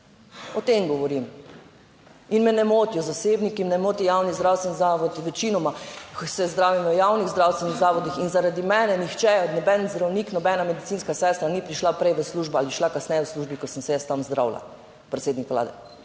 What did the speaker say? o tem govorim. In me ne motijo zasebniki, me moti javni zdravstveni zavodi, večinoma se zdravi v javnih zdravstvenih zavodih in zaradi mene nihče, noben zdravnik, nobena medicinska sestra ni prišla prej v službo ali je šla kasneje v službi, ko sem se jaz tam zdravila.